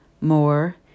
More